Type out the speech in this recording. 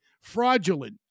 fraudulent